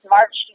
March